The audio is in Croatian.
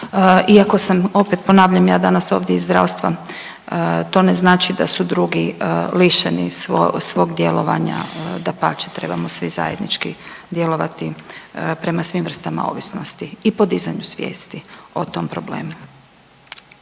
iako sam opet ponavljam ja danas ovdje iz zdravstva, to ne znači da su drugi lišeni svog djelovanja, dapače trebamo svi zajednički djelovati prema svim vrstama ovisnosti i podizanju svijesti o tom problemu.